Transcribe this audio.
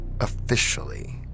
officially